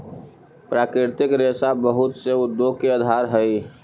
प्राकृतिक रेशा बहुत से उद्योग के आधार हई